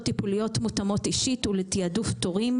טיפוליות מותאמות אישית ולתעדוף תורים.